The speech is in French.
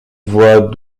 voix